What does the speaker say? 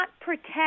protect